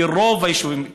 כי רוב היישובים,